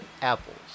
apples